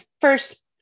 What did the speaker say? First